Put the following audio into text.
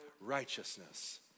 righteousness